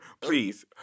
Please